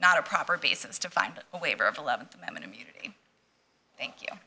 not a proper basis to find a waiver of eleven amendment immunity thank you